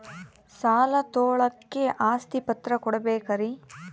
ಸಾಲ ತೋಳಕ್ಕೆ ಆಸ್ತಿ ಪತ್ರ ಕೊಡಬೇಕರಿ?